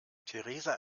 theresa